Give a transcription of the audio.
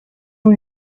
اون